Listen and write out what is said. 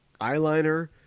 eyeliner